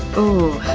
ooh,